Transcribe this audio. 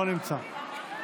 לא נמצא.